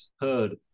heard